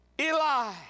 Eli